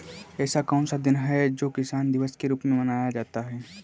ऐसा कौन सा दिन है जो किसान दिवस के रूप में मनाया जाता है?